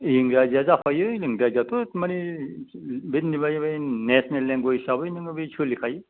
इंराजिया जाखायो इंराजियाथ' मानि नेसेलनेल लेंगुवेस हिसाबै नोङो बे सोलिखायो